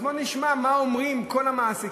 אז בואו נשמע מה אומרים כל המעסיקים,